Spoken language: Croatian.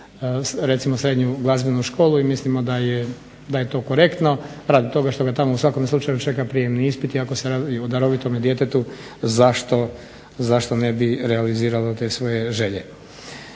recimo srednju glazbenu školu i mislimo da je to korektno radi toga što ga tamo u svakom slučaju čeka prijamni ispit i ako se radi o darovitome djetetu zašto ne bi realiziralo te svoje želje.